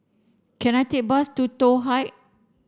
can I take a bus to Toh Height